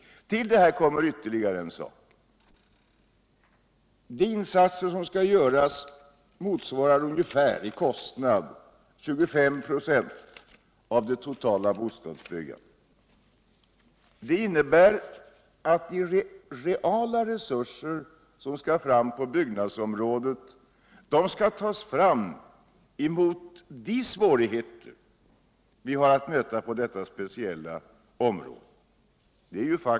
Härull kommer att de insatser som skall göras i pengar räknat motsvarar ungefär 25 "6 av kostnaderna för det totala bostadsbyggandet. Detta innebir att de reala resurserna på byggnadsområdet skall tas fram, trots de svårigheter som vi har att möta på detta speciella område.